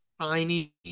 tiny